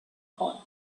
hot